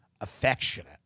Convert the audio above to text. affectionate